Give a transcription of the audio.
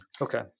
Okay